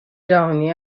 جهانی